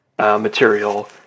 Material